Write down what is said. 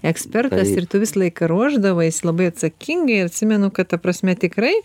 ekspertas ir tu visą laiką ruošdavais labai atsakingai ir atsimenu kad ta prasme tikrai